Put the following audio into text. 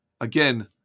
Again